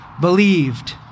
believed